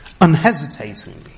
Unhesitatingly